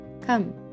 Come